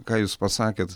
ką jūs pasakėt